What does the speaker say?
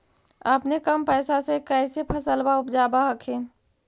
अपने कम पैसा से कैसे फसलबा उपजाब हखिन?